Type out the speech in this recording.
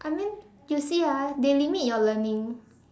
I mean you see ah they limit your learning